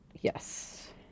Yes